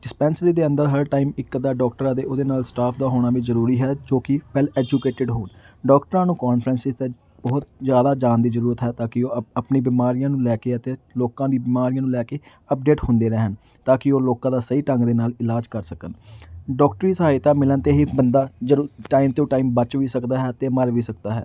dispensary ਦੇ ਅੰਦਰ ਹਰ ਟਾਈਮ ਇੱਕ ਅੱਧਾ ਡੋਕਟਰ ਅਤੇ ਉਹਦੇ ਨਾਲ ਸਟਾਫ ਦਾ ਹੋਣਾ ਵੀ ਜ਼ਰੂਰੀ ਹੈ ਜੋ ਕਿ ਵੈੱਲ ਐਜੂਕੇਟਿਡ ਹੋਣ ਡੋਕਟਰਾਂ ਨੂੰ ਕੋਨਫਰੈਂਸਿਸ 'ਤੇ ਬਹੁਤ ਜ਼ਿਆਦਾ ਜਾਣ ਦੀ ਜ਼ਰੂਰਤ ਹੈ ਤਾਂ ਕਿ ਉਹ ਅਪ ਆਪਣੀ ਬਿਮਾਰੀਆਂ ਨੂੰ ਲੈ ਕੇ ਅਤੇ ਲੋਕਾਂ ਦੀ ਬਿਮਾਰੀਆਂ ਨੂੰ ਲੈ ਕੇ ਅਪਡੇਟ ਹੁੰਦੇ ਰਹਿਣ ਤਾਂ ਕਿ ਉਹ ਲੋਕਾਂ ਦਾ ਸਹੀ ਢੰਗ ਦੇ ਨਾਲ ਇਲਾਜ ਕਰ ਸਕਣ ਡੋਕਟਰੀ ਸਹਾਇਤਾ ਮਿਲਣ 'ਤੇ ਹੀ ਬੰਦਾ ਜਦੋਂ ਟਾਈਮ ਟੂ ਟਾਈਮ ਬਚ ਵੀ ਸਕਦਾ ਹੈ ਅਤੇ ਮਰ ਵੀ ਸਕਦਾ ਹੈ